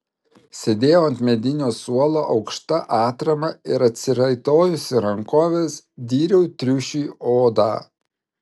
sėdėjau ant medinio suolo aukšta atrama ir atsiraitojusi rankoves dyriau triušiui odą